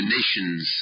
Nations